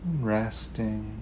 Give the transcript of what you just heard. Resting